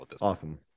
Awesome